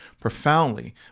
profoundly